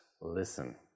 Listen